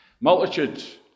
Multitudes